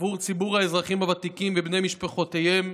עבור ציבור האזרחים הוותיקים ובני משפחותיהם,